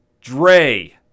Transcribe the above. Dre